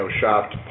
shopped